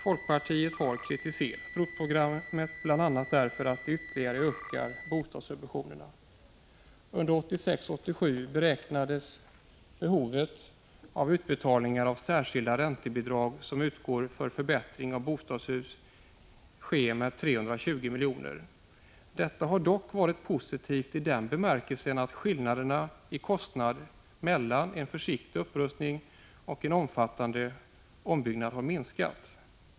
Folkpartiet har kritiserat ROT-programmet bl.a. därför att det ytterligare ökar bostadssubventionerna. Under 1986—1987 beräknas behovet av utbetalningar av det särskilda räntebidrag som utgår för förbättring av bostadshus att uppgå till 320 milj.kr. Detta har dock varit positivt i den bemärkelsen att skillnaderna i kostnad mellan en försiktig upprustning och en omfattande ombyggnad har minskat.